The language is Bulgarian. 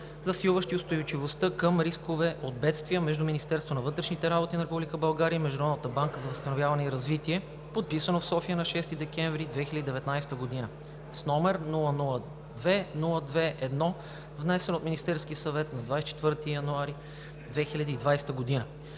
засилващи устойчивостта към рискове от бедствия, между Министерството на вътрешните работи на Република България и Международната банка за възстановяване и развитие, подписано в София на 6 декември 2019 г., № 002-02-1, внесен от Министерския съвет нa 24 януари 2020 г.